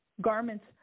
garments